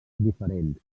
diferents